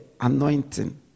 anointing